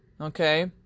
okay